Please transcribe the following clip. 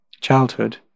childhood